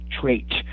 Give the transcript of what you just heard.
trait